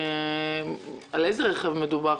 על איזה רכב מדובר.